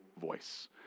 voice